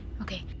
Okay